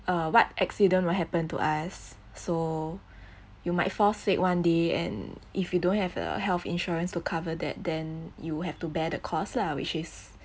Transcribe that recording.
uh what accident will happen to us so you might fall sick one day and if you don't have a health insurance to cover that then you have to bear the cost lah which is